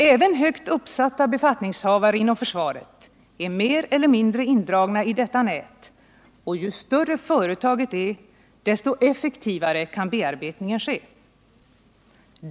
Även högt uppsatta befattningshavare inom försvaret är mer eller mindre indragna i detta nät, och ju större företaget är, desto effektivare kan bearbetningen ske.